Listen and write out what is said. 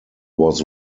was